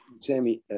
Sammy